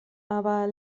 aber